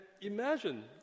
Imagine